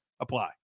apply